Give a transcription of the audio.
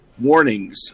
warnings